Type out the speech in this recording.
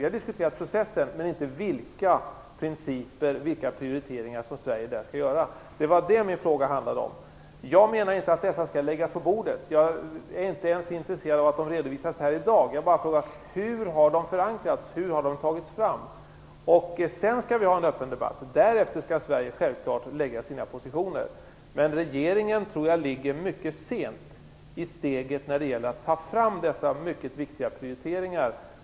Vi har diskuterat processen men inte vilka principer och prioriteringar som Sverige där skall göra. Det var det som min fråga handlade om. Jag menar inte att detta skall redovisas i dag. Jag frågar bara: Hur har dessa principer och prioriteringar tagits fram och förankrats? Sedan skall vi ha en öppen debatt, och efter den skall Sverige självklart lägga fast sina positioner. Jag tror dock att regeringen är mycket sent ute när det gäller att ta fram dessa mycket viktiga prioriteringar.